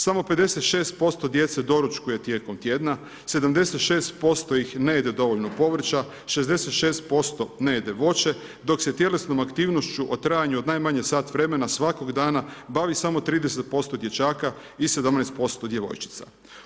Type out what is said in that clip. Samo 56% djece doručkuje tijekom tjedna, 76% ne jede dovoljno povrća, 66% ne jede voće dok se tjelesnom aktivnošću u trajanju od najmanje sat vremena svakog dana bavi samo 30% dječaka i 17% djevojčica.